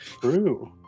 True